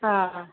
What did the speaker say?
हा